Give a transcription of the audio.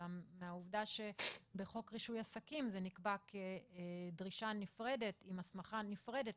אלא העבודה שבחוק רישוי עסקים זה נקבע כדרישה נפרדת עם הסמכה נפרדת